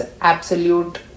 absolute